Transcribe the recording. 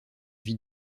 vie